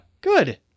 Good